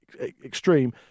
extreme